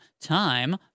time